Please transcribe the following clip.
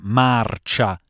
marcia